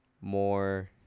more